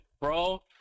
bro